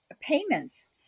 payments